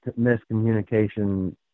miscommunication